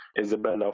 isabella